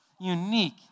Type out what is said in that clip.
unique